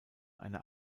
einer